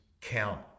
count